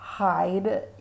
Hide